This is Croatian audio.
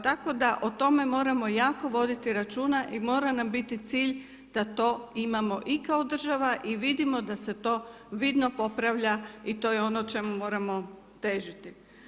Tako da o tome moramo jako voditi računa i mora nam biti cilj da to imamo i kao država i vidimo da se to vidno popravlja i to je ono o čemu moramo težiti.